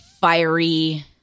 fiery